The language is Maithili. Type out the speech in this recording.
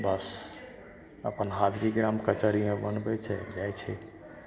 बस अपन हाजरी ग्राम कचहरीमे बनबै छै जाइ छै